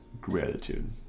gratitude